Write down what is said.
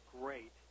great